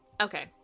Okay